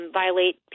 violate